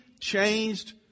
changed